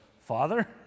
Father